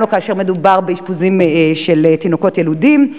גם לא כאשר מדובר באשפוזים של פגים יילודים.